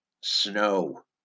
snow